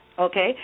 okay